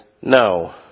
no